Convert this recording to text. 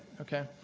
Okay